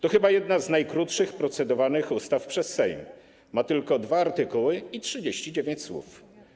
To chyba jedna z najkrótszych procedowanych w Sejmie ustaw - ma tylko dwa artykuły i 39 słów.